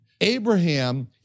Abraham